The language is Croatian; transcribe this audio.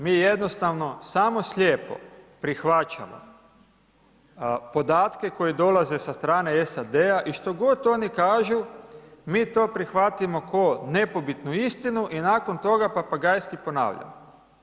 Mi jednostavno samo slijepo prihvaćamo podatke koji dolaze sa strane SAD-a i što god oni kažu mi to prihvatimo ko nepobitnu istinu i nakon toga papagajski ponavljamo.